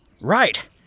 Right